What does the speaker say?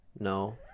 no